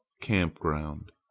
campground